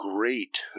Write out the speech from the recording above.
great